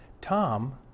Tom